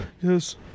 Yes